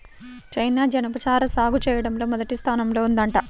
China జనపనార సాగు చెయ్యడంలో మొదటి స్థానంలో ఉందంట